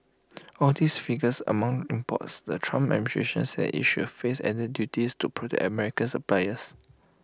all of these figures among imports the Trump administration says IT should face added duties to protect American suppliers